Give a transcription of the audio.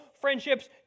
friendships